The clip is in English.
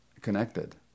connected